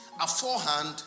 Aforehand